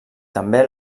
també